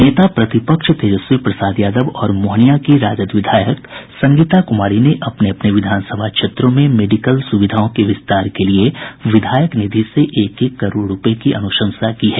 नेता प्रतिपक्ष तेजस्वी प्रसाद यादव और मोहनिया की राजद विधायक संगीता कुमारी ने अपने अपने विधानसभा क्षेत्रों में मेडिकल सुविधाओं के विस्तार के लिए विधायक निधि से एक एक करोड़ रूपये की अनुशंसा की है